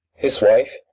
his wife.